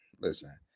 listen